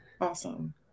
Awesome